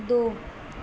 दो